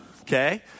okay